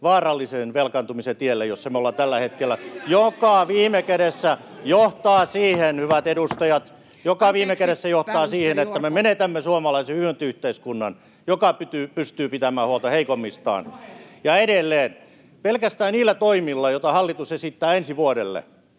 vaarallisen velkaantumisen tielle, jossa me ollaan tällä hetkellä, joka viime kädessä johtaa siihen, hyvät edustajat, että me menetämme suomalaisen hyvinvointiyhteiskunnan, joka pystyy pitämään huolta heikommistaan. Edelleen pelkästään niillä toimilla, joita hallitus esittää ensi vuodelle